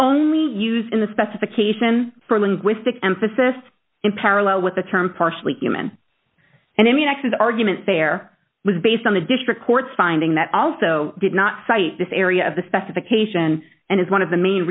only used in the specification for linguistic emphasis in parallel with the term partially human and i mean actually the argument there was based on the district court finding that also did not cite this area of the specification and is one of the main